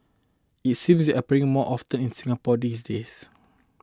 it seems appearing more often in Singapore these days